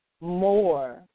More